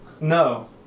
No